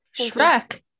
Shrek